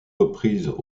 reprises